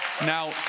Now